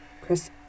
Chris